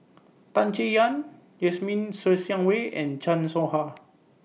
Tan Chay Yan Jasmine Ser Xiang Wei and Chan Soh Ha